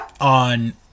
on